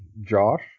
Josh